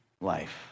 life